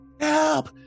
Help